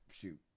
Shoot